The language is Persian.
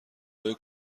های